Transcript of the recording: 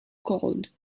called